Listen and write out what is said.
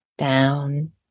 down